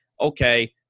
Okay